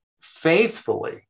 faithfully